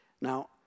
Now